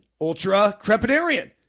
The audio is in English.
ultra-crepidarian